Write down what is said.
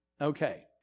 Okay